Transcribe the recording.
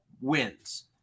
wins